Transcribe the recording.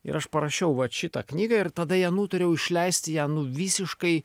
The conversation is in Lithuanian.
ir aš parašiau vat šitą knygą ir tada ją nutariau išleisti ją nu visiškai